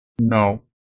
No